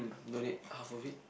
donate half of it